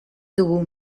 dugu